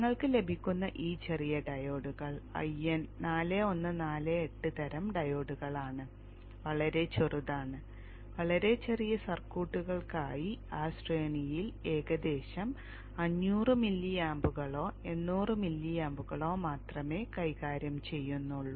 നിങ്ങൾക്ക് ലഭിക്കുന്ന ഈ ചെറിയ ഡയോഡുകൾ 1N4148 തരം ഡയോഡുകളാണ് വളരെ ചെറുതാണ് വളരെ ചെറിയ സർക്യൂട്ടുകൾക്കായി ആ ശ്രേണിയിൽ ഏകദേശം 500 മില്ലിയാമ്പുകളോ 800 മില്ലിയാമ്പുകളോ മാത്രമേ കൈകാര്യം ചെയ്യുന്നുള്ളൂ